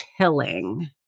chilling